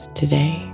today